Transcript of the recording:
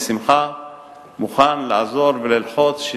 בשמחה מוכן לעזור וללחוץ,